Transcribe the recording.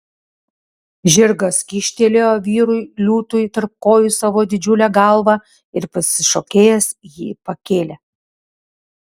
žirgas kyštelėjo vyrui liūtui tarp kojų savo didžiulę galvą ir pasišokėjęs jį pakėlė